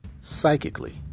psychically